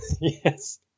Yes